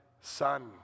son